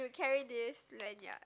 carry this lanyard